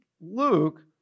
Luke